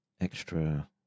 extra